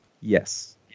Yes